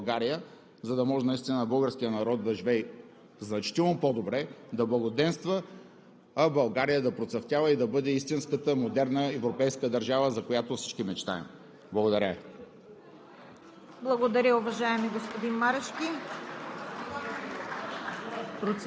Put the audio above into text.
Дайте шанс на модерни хора, на успели хора да извършат необходимите промени в България, за да може наистина българският народ да живее значително по-добре, да благоденства, а България да процъфтява и да бъде истинската модерна европейска държава, за която всички мечтаем. Благодаря